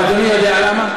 ואדוני יודע למה?